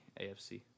AFC